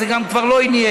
זה גם כבר לא עניין.